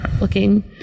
looking